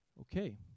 Okay